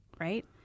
Right